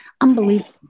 Unbelievable